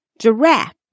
Giraffe